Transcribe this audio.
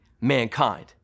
mankind